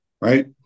right